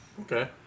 Okay